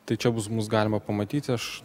tai čia bus mus galima pamatyti aš